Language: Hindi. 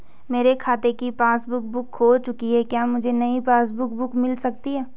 मेरे खाते की पासबुक बुक खो चुकी है क्या मुझे नयी पासबुक बुक मिल सकती है?